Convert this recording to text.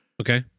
Okay